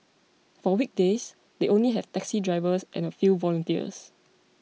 for weekdays they only have taxi drivers and a few volunteers